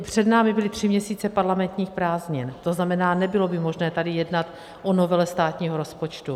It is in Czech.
Před námi byly tři měsíce parlamentních prázdnin, to znamená, nebylo by možné tady jednat o novele státního rozpočtu.